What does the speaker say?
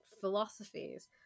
philosophies